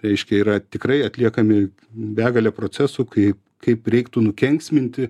reiškia yra tikrai atliekami begalė procesų kaip kaip reiktų nukenksminti